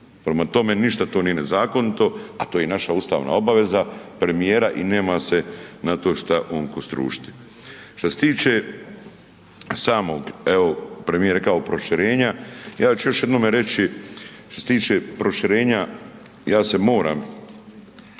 Prema tome, ništa to nije nezakonito, a to je i naša ustavna obveza, premijera i nema na to šta on kostrušiti. Što se tiče samog, evo premijer je rekao proširenja, ja ću još jednome reći, što se tiče proširenja, ja se moram